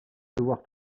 devoir